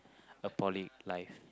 poly life